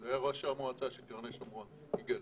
זה ראש המועצה של קרני שומרון, יגאל.